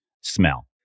smell